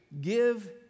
give